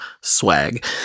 Swag